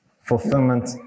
fulfillment